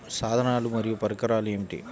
సాధనాలు మరియు పరికరాలు ఏమిటీ?